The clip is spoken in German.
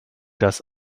das